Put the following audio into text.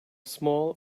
small